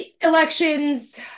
Elections